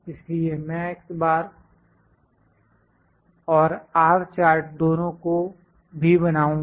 इसलिए मैं x bar और R चार्ट दोनों को भी बनाऊंगा